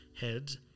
Heads